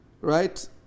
Right